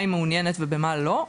במה היא מעוניינת ובמה לא.